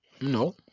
no